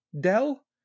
Dell